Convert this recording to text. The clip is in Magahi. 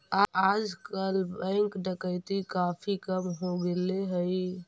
आजकल बैंक डकैती काफी कम हो गेले हई